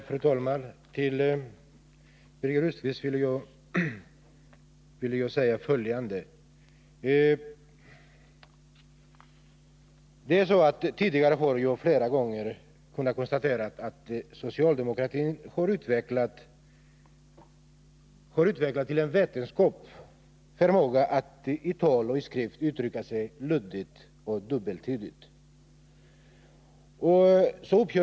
Fru talman! Till Birger Rosqvist vill jag säga följande. Vi har flera gånger tidigare kunnat konstatera att de socialdemokratiska ledamöterna till en vetenskap utvecklat förmågan att i tal och skrift uttrycka sig så luddigt och dubbeltydigt som möjligt.